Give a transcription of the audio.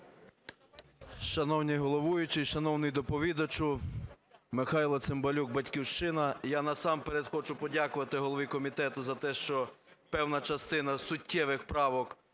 Шановний головуючий, шановний доповідачу! Михайло Цимбалюк, "Батьківщина". Я насамперед хочу подякувати голові комітету за те, що певна частина суттєвих правок